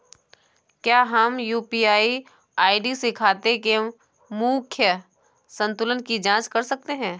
क्या हम UPI ID से खाते के मूख्य संतुलन की जाँच कर सकते हैं?